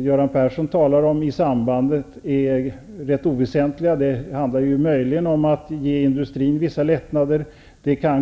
Göran Persson talar om i detta sammanhang är rätt oväsentliga. Möjligen handlar det om att ge industrin vissa lättnader.